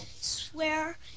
Swear